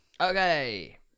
Okay